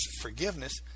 forgiveness